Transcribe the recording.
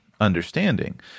understanding